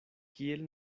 kiel